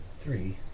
three